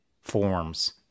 forms